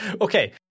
Okay